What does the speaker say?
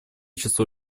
число